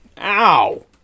Ow